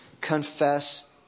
Confess